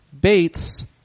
Bates